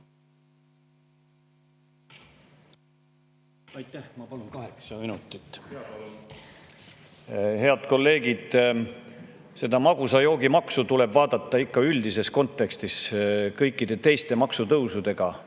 Aitäh! Ma palun kaheksa minutit. Jaa, palun! Head kolleegid! Seda magusa joogi maksu tuleb vaadata ikka üldises kontekstis, koos kõikide teiste maksutõusudega,